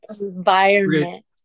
environment